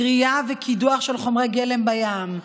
כרייה וקידוח של חומרי גלם בים,